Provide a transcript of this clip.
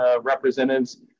representatives